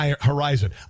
horizon